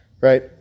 Right